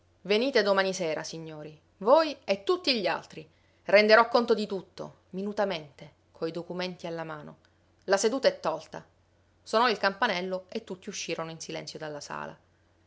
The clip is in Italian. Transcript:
venite domani sera signori voi e tutti gli altri renderò conto di tutto minutamente coi documenti alla mano la seduta è tolta sonò il campanello e tutti uscirono in silenzio dalla sala